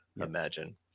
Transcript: imagine